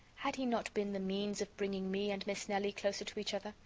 had he not been the means of bringing me and miss nelly closer to each other?